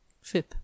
Fifth